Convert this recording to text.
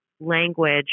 language